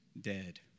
dead